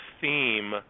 theme